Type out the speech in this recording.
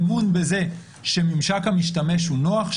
אמון בזה שממשק המשתמש הוא נוח,